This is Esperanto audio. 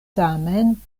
tamen